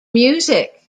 music